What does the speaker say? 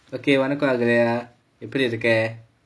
வணக்கம்:vanakkam agalya எப்படி இருக்கே:eppadi irrukkae